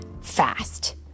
fast